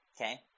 Okay